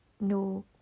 no